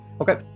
Okay